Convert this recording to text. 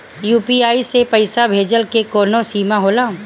UPI से पईसा भेजल के कौनो सीमा होला?